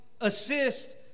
assist